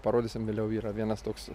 parodysim vėliau yra vienas toks